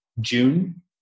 June